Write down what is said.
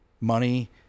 Money